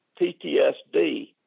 PTSD